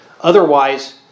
Otherwise